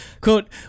quote